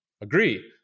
agree